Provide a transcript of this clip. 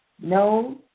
no